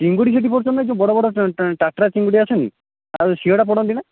ଚିଙ୍ଗୁଡ଼ି କେତେ ପଡ଼ୁଛନ୍ତିନା ଯେଉଁ ବଡ଼ ବଡ଼ ଟାଟ୍ରା ଚିଙ୍ଗୁଡ଼ି ଆସେନି ଆଉ ସେଗୁଡା ପଡ଼ନ୍ତିନା